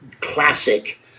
classic